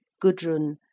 Gudrun